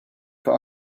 for